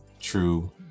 true